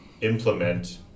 implement